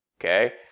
okay